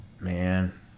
Man